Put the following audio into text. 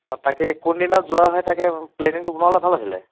অঁ তাকে কোনদিনা যোৱা হয় তাকে প্লেনিংটো বনোৱা হ'লে ভাল আছিলে